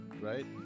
right